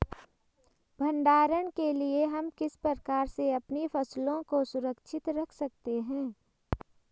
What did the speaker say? भंडारण के लिए हम किस प्रकार से अपनी फसलों को सुरक्षित रख सकते हैं?